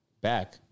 Back